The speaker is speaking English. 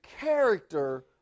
character